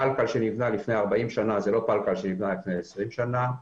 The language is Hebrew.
פלקל שנבנה לפני 40 שנה זה לא פלקל שנבנה לפני 20 שנה.